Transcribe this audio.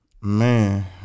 Man